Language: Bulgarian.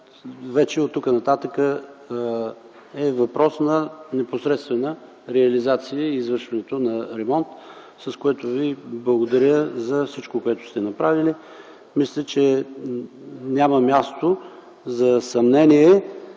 че оттук нататък е въпрос на непосредствена реализация извършването на ремонт, с което Ви благодаря за всичко, което сте направили. Мисля, че няма място за съмнение,